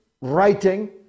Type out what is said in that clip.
writing